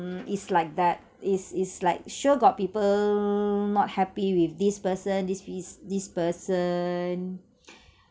it's like that it's it's like sure got people not happy with this person this is this person